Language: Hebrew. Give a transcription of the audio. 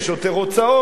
יש יותר הוצאות,